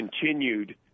Continued